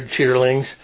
cheerlings